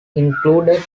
included